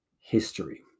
history